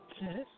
Yes